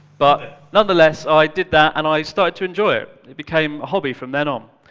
but, nonetheless i did that and i started to enjoy it. it became a hobby from then um